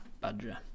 Badger